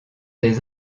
des